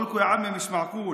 מה שקורה עכשיו הוא בושה.